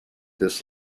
this